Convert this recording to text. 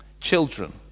Children